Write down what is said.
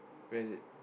where is it